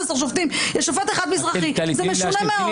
שופטים יש שופט אחד מזרחי זה משונה מאוד.